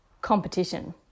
competition